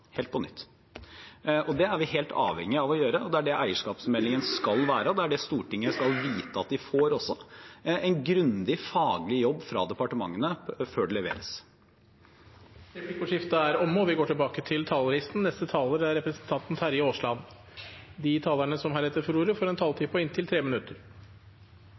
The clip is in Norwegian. helt på nytt. Det er vi helt avhengig av å gjøre. Det er det eierskapsmeldingen skal være, og det Stortinget skal vite at de får, er en grundig faglig jobb fra departementene før det leveres. Replikkordskiftet er omme. De talere som heretter får ordet, har en taletid på inntil 3 minutter. Jeg vet ikke om det hadde hjulpet så mye på